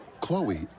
Chloe